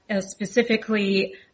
specifically